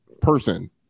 person